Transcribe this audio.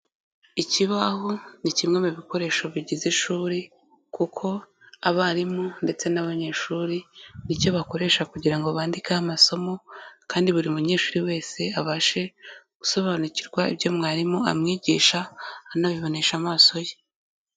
Ikibaho ni kimwe mu bikoresho bigize ishuri kuko abarimu ndetse n'abanyeshuri ni cyo bakoresha kugira ngo bandikeho amasosomo kandi buri munyeshuri wese abashe gusobanukirwa ibyo mwarimu amwigisha anabibonesha amaso ye.